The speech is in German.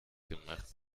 gemacht